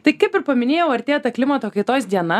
tai kaip ir paminėjau artėja ta klimato kaitos diena